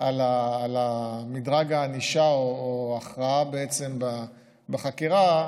על מדרג הענישה או ההכרעה בחקירה,